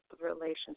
relations